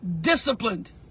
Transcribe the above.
disciplined